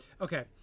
okay